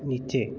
नीचे